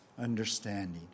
understanding